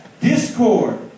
discord